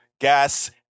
gas